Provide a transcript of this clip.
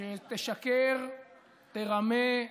שתשקר, תרמה,